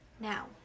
now